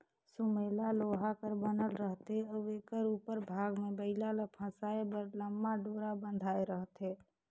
सुमेला लोहा कर बनल रहथे अउ एकर उपर भाग मे बइला ल फसाए बर लम्मा डोरा बंधाए रहथे